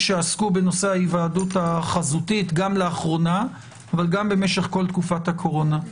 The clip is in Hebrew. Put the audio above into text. שעסקו בנושא ההיוועדות החזותית גם לאחרונה אבל גם משך כל תקופת הקורונה.